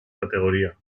categoría